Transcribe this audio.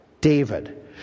David